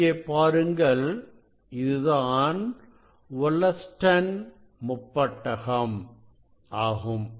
இங்கே பாருங்கள் இதுதான் வொல்லஸ்டன் முப்பட்டகம் ஆகும்